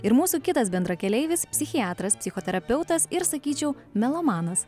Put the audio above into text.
ir mūsų kitas bendrakeleivis psichiatras psichoterapeutas ir sakyčiau melomanas